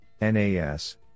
NAS